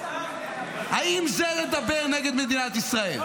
האם זה לדבר נגד מדינת ישראל?